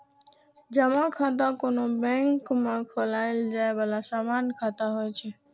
जमा खाता कोनो बैंक मे खोलाएल जाए बला सामान्य खाता होइ छै